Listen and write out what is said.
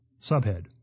Subhead